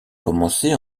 commencé